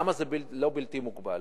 למה זה לא בלתי מוגבל?